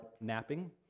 napping